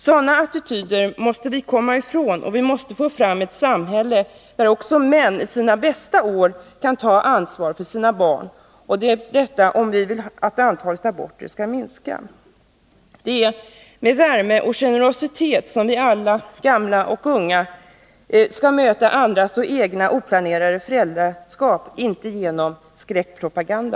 Sådana attityder måste vi komma ifrån, och vi måste få fram ett samhälle där också män i sina bästa år kan ta ansvar Nr 49 för sina barn, om vi vill att antalet aborter skall minska. Det är med värme Måndagen den och generositet som vi alla, gamla och unga, skall möta andras och egna 15 december 1980 oplanerade föräldraskap, inte genom skräckpropaganda.